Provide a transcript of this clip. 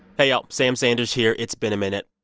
hey, y'all, sam sanders here. it's been a minute.